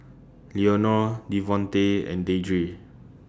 Leonore Devontae and Deidre